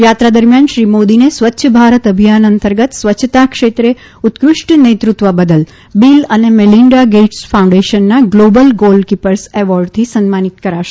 યાત્રા દરમ્યાન શ્રી મોદીને સ્વચ્છ ભારત અભિયાન અંતર્ગત સ્વચ્છતા ક્ષેત્રે ઉત્કૃષ્ટ નેતૃત્વ બદલ બિલ અને મેલિન્ડા ગેટ્સ ફાઉન્ડેશનના ગ્લોબલ ગોલકીપર્સ એવોર્ડથી સન્માનિત કરાશે